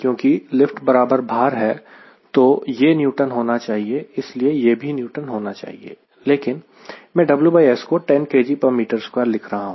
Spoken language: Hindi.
क्योंकि लिफ्ट बराबर भार है तो यह न्यूटन होना चाहिए इसलिए यह भी न्यूटन होना चाहिए लेकिन मैं WS को 10 kgm2 लिख रहा हूं